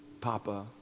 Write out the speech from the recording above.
Papa